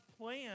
plan